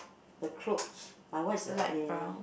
the clothes my one is uh in